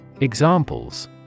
Examples